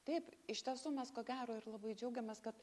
taip iš tiesų mes ko gero ir labai džiaugiamės kad